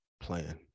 plan